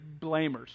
blamers